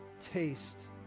taste